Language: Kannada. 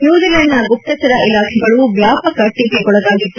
ನ್ಲೂಜಲೆಂಡ್ನ ಗುಪ್ತಚರ ಇಲಾಖೆಗಳು ವ್ಯಾಪಕ ಟೀಕೆಗೊಳಗಾಗಿದೆ